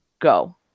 go